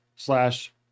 slash